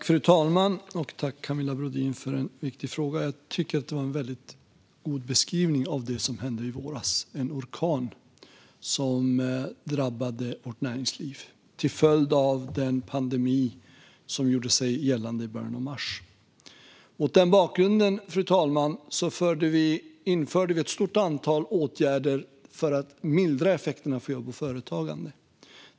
Fru talman! Tack, Camilla Brodin, för en viktig fråga! Jag tycker att det var en väldigt god beskrivning av det som hände i våras att kalla det en orkan. Den drabbade vårt näringsliv till följd av den pandemi som gjorde sig gällande i början av mars. Mot den bakgrunden, fru talman, införde vi ett stort antal åtgärder för att mildra effekterna för jobb och företagande.